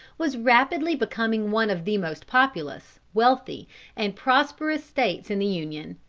was rapidly becoming one of the most populous, wealthy and prosperous states in the union.